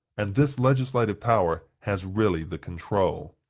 and this legislative power has really the control.